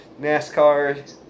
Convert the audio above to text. NASCAR